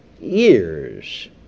years